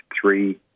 three